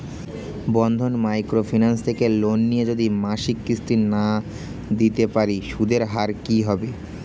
বন্ধন micro finance থেকে loan নিয়ে যদি মাসিক কিস্তি না দিতে পারি সুদের হার কি হবে?